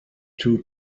two